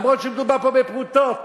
אף שמדובר פה בפרוטות.